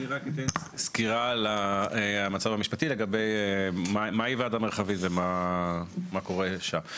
אני אתן סקירה על המצב המשפטי לגבי מה היא ועדה מרחבית ומה קורה שם.